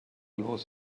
los